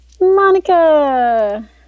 Monica